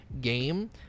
game